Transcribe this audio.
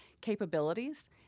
capabilities